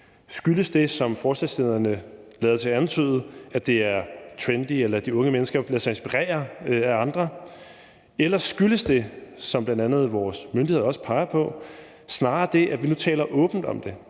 Skyldes det, som forslagsstillerne lader til at antyde, at det er trendy, eller at de unge mennesker lader sig inspirere af andre? Eller skyldes det, som bl.a. vores myndigheder også peger på, snarere det, at vi nu taler åbent om det,